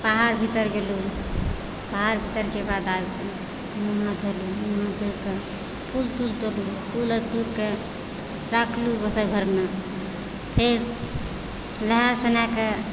बाहर भीतर गेलहुँ बाहर भीतरके बाद मुँह हाथ धोलहुँ मुँह हाथ धो कऽ फूल तूल तोड़लहुँ फूल तोड़ि कऽ रखलहुँ गोसाँइ घरमे फेर नहा सुना कऽ